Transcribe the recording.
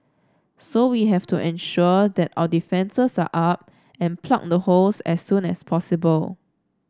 so we have to ensure that our defences are up and plug the holes as soon as possible